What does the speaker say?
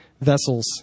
vessels